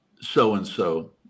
so-and-so